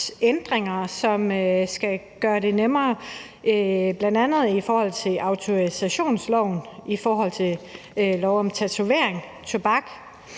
ændringer, som skal gøre det nemmere, bl.a. i forhold til autorisationsloven, i forhold til loven om tatovering og